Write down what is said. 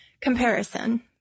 comparison